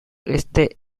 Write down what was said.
este